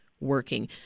working